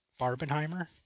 Barbenheimer